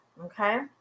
Okay